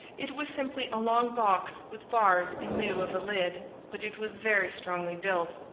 it was simply a long box with bars in lieu of a lid but it was very strongly built.